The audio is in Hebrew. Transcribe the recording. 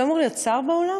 לא אמור להיות שר באולם,